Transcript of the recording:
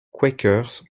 quakers